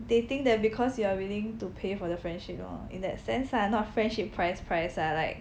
they think that because you are willing to pay for the friendship lor in that sense lah not friendship price price lah like